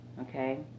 Okay